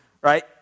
right